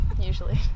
Usually